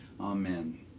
amen